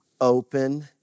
open